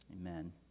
amen